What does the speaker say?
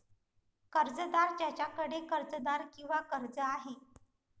कर्जदार ज्याच्याकडे कर्जदार किंवा कर्ज आहे